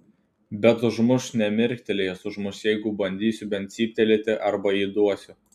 bet užmuš nemirktelėjęs užmuš jeigu bandysiu bent cyptelėti arba įduosiu